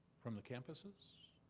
from the campuses?